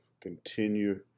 continue